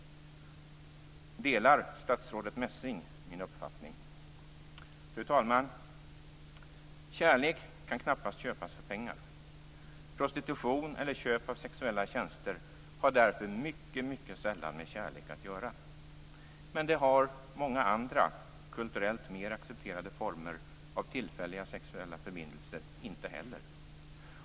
Delar statsrådet Messing min uppfattning? Fru talman! Kärlek kan knappast köpas för pengar. Prostitution eller köp av sexuella tjänster har därför mycket sällan med kärlek att göra. Men det har många andra, kulturellt mer accepterade, former av tillfälliga sexuella förbindelser inte heller.